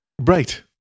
Right